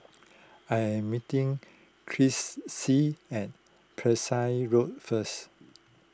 I am meeting Chrissie at Pesek Road first